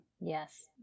Yes